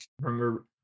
remember